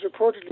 reportedly